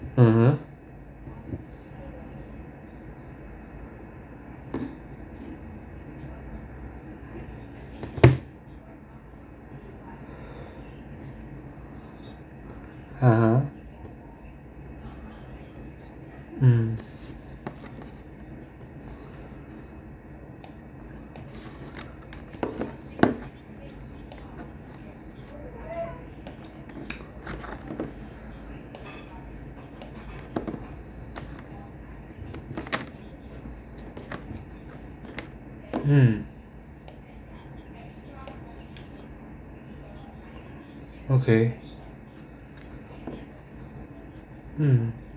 mmhmm (uh huh) mm mm okay mm